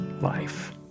life